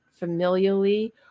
familially